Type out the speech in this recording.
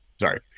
Sorry